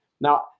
Now